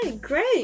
great